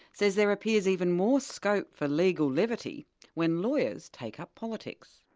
says there appears even more scope for legal levity when lawyers take up politics.